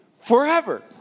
forever